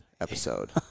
episode